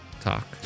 talk